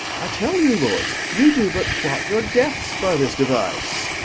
i tell you, lords, you do but plot your deaths by this device.